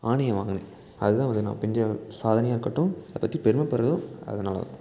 ஆணையை வாங்கினேன் அதுதான் வந்து நான் செஞ்ச சாதனையாக இருக்கட்டும் அதை பற்றி பெருமைப்பட்றதும் அதனால் தான்